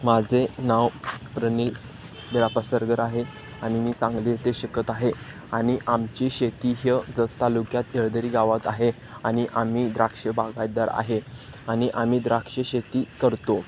माझे नाव प्रनिल बिराप्पा सरगर आहे आणि मी सांगली येथे शिकत आहे आणि आमची शेती ही जत तालुक्यात येळदरी गावात आहे आणि आम्ही द्राक्ष बागायतदार आहे आणि आम्ही द्राक्ष शेती करतो